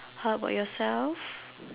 how about yourself